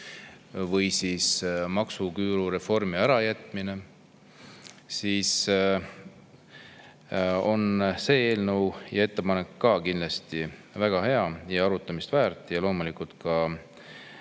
või maksuküüru reformi ärajätmine, on ka see eelnõu, see ettepanek kindlasti väga hea ja arutamist väärt. Ja loomulikult ka